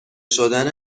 شدن